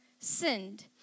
sinned